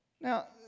Now